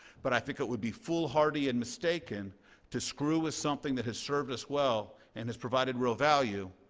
but i think it would be foolhardy and mistaken to screw with something that has served us well and has provided real value,